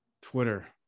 twitter